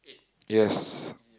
yes